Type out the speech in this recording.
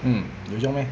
mm 有用 meh